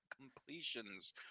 completions